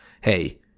hey